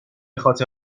خاطر